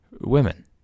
women